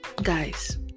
guys